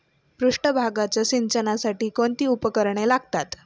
पृष्ठभागाच्या सिंचनासाठी कोणती उपकरणे लागतात?